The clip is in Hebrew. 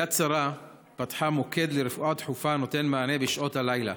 יד שרה פתחה מוקד לרפואה דחופה הנותן מענה בשעות הלילה.